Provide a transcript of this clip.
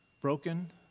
broken